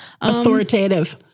Authoritative